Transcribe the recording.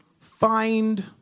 find